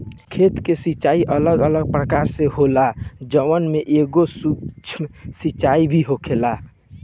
खेत के सिचाई अलग अलग प्रकार से होला जवना में एगो सूक्ष्म सिंचाई भी होखेला